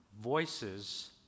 voices